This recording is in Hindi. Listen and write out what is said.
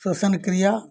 श्ववासन क्रिया